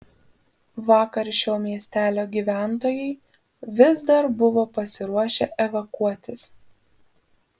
vakar šio miestelio gyventojai vis dar buvo pasiruošę evakuotis